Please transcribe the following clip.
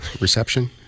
reception